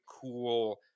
cool